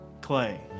clay